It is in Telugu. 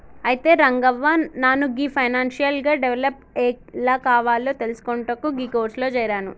అయితే రంగవ్వ నాను గీ ఫైనాన్షియల్ గా డెవలప్ ఎలా కావాలో తెలిసికొనుటకు గీ కోర్సులో జేరాను